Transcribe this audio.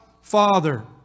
Father